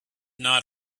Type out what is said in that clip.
not